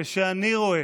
כשאני רואה